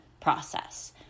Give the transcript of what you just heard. process